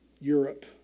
Europe